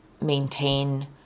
maintain